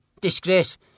Disgrace